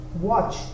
watch